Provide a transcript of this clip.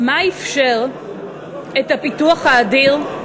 מה אִפשר את הפיתוח האדיר,